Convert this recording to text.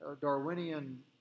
Darwinian